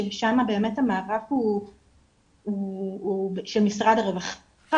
ששם באמת המערך הוא של משרד הרווחה,